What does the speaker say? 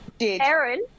Aaron